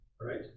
right